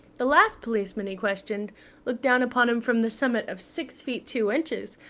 the last policeman he questioned looked down upon him from the summit of six feet two inches,